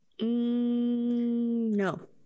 No